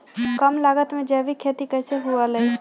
कम लागत में जैविक खेती कैसे हुआ लाई?